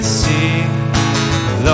see